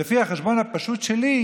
לפי החשבון הפשוט שלי,